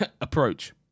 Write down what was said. approach